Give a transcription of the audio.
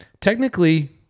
technically